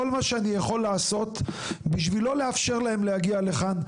כל מה שאני יכול לעשות בשביל לא לאפשר להם להגיע לכאן,